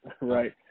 right